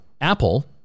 Apple